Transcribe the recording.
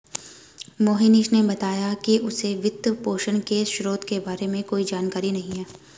मोहनीश ने बताया कि उसे वित्तपोषण के स्रोतों के बारे में कोई जानकारी नही है